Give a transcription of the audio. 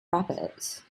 rabbits